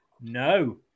No